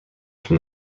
from